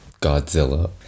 Godzilla